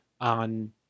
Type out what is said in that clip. on